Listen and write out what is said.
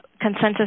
consensus